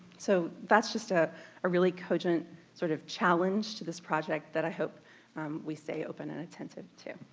so that's just a really cogent sort of challenge to this project that i hope we stay open and attentive to,